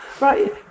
Right